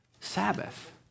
Sabbath